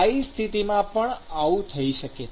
સ્થાયી સ્થિતિ માં પણ આવું થઈ શકે છે